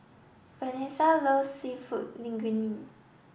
Venessa loves Seafood Linguine